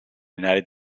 united